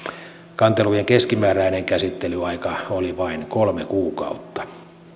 kantelujen keskimääräinen käsittelyaika oli vain kolme kuukautta